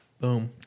Boom